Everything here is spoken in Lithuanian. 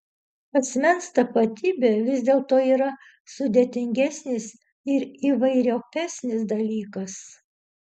asmens tapatybė vis dėlto yra sudėtingesnis ir įvairiopesnis dalykas